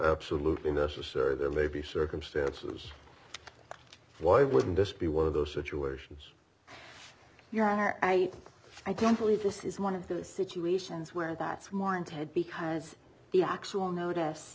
absolutely necessary there may be circumstances why wouldn't this be one of those situations you're right i don't believe this is one of those situations where that's more than ted because the actual notice